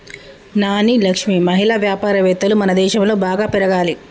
నాని లక్ష్మి మహిళా వ్యాపారవేత్తలు మనదేశంలో బాగా పెరగాలి